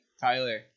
Tyler